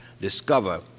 discover